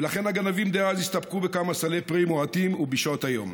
ולכן הגנבים דאז הסתפקו בכמה סלי פרי מועטים ובשעות היום.